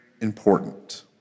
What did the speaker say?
important